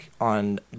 on